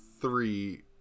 three